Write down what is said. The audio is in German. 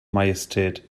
majestät